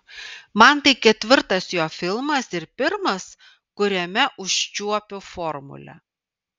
man tai ketvirtas jo filmas ir pirmas kuriame užčiuopiu formulę